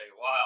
wow